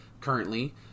currently